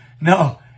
No